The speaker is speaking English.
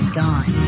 gone